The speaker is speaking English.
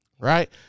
Right